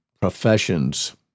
professions